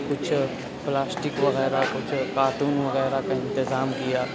کچھ پلاسٹک وغیرہ کچھ کارٹون وغیرہ کا انتظام کیا